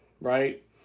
Right